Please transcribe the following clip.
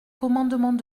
commandements